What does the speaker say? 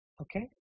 Okay